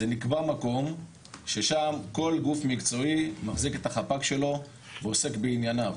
נקבע מקום ששם כל גוף מקצועי מחזיק את החפ"ק שלו ועוסק בענייניו.